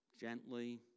gently